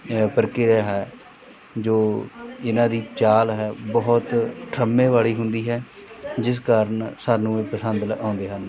ਪ੍ਰਕਿਰਿਆ ਹੈ ਜੋ ਇਹਨਾਂ ਦੀ ਚਾਲ ਹੈ ਬਹੁਤ ਠਰ੍ਹੰਮੇ ਵਾਲੀ ਹੁੰਦੀ ਹੈ ਜਿਸ ਕਾਰਨ ਸਾਨੂੰ ਇਹ ਪਸੰਦ ਲ ਆਉਂਦੇ ਹਨ